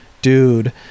Dude